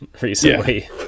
recently